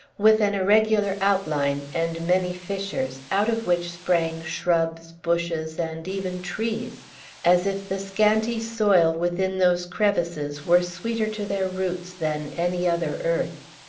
with an irregular outline and many fissures, out of which sprang shrubs, bushes, and even trees as if the scanty soil within those crevices were sweeter to their roots than any other earth.